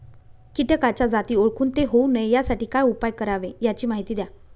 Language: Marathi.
किटकाच्या जाती ओळखून ते होऊ नये यासाठी काय उपाय करावे याची माहिती द्या